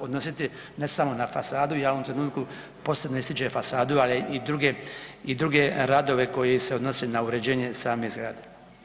odnositi ne samo na fasadu, ja u ovom trenutku posebno ističem fasadu, ali i druge i druge radove koji se odnose na uređenje same zgrade.